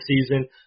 season